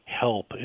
help